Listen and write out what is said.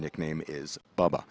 nickname is bubba